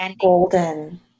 golden